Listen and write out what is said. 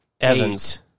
Evans